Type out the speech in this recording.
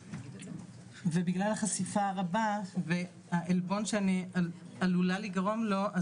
ובכלל החשיפה הרבה והעלבון שאני עלולה לגרום לו,